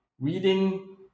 reading